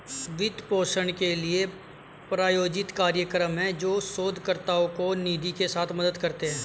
वित्त पोषण के लिए, प्रायोजित कार्यक्रम हैं, जो शोधकर्ताओं को निधि के साथ मदद करते हैं